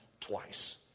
twice